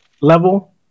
level